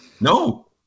No